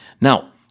Now